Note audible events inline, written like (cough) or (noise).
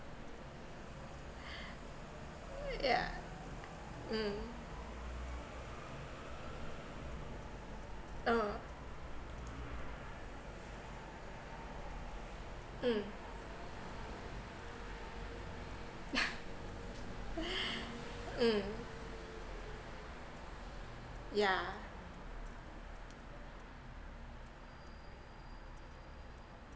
yeah mm uh mm (laughs) mm yeah